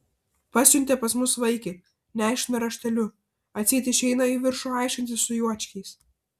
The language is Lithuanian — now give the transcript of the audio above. pasiuntė pas mus vaikį nešiną rašteliu atseit išeina į viršų aiškintis su juočkiais